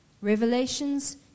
Revelations